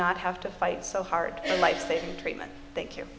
not have to fight so hard in life saving treatment thank you